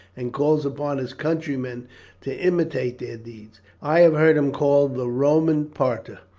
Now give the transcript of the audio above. and calls upon his countrymen to imitate their deeds! i have heard him called the roman parta.